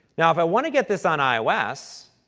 now, if i want to get this on ios,